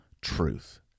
truth